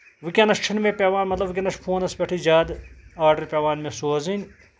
وُنکیٚنس چھُنہٕ مےٚ پیٚوان مطلب وُنکیٚنس چھُ فونس پٮ۪ٹھٕے زیادٕ آرڈر پیٚوان مےٚ سوزٕنۍ